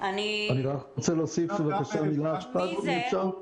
אני רוצה להוסיף בבקשה משפט, אם אפשר.